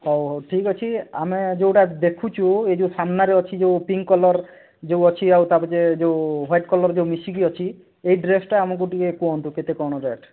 ହେଉ ହେଉ ଠିକ ଅଛି ଆମେ ଯେଉଁଟା ଦେଖୁଛୁ ଏଇ ଯେଉଁ ସାମ୍ନାରେ ଅଛି ଯେଉଁ ପିଙ୍କ କଲର ଯେଉଁ ଅଛି ଆଉ ତା'ପଛେ ଯେଉଁ ହ୍ୱାଇଟ କଲର ଯେଉଁ ମିଶିକି ଅଛି ଏଇ ଡ୍ରେସଟା ଆମକୁ ଟିକେ କୁହନ୍ତୁ କେତେ କଣ ରେଟ୍